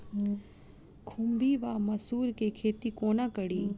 खुम्भी वा मसरू केँ खेती कोना कड़ी?